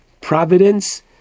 Providence